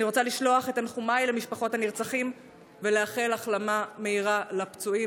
אני רוצה לשלוח את תנחומיי למשפחות הנרצחים ולאחל החלמה מהירה לפצועים.